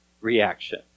reaction